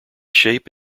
shape